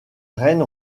reine